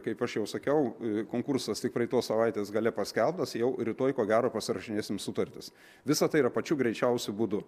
kaip aš jau sakiau konkursas tik praeitos savaitės gale paskelbtas jau rytoj ko gero pasirašinėsim sutartis visa tai yra pačiu greičiausiu būdu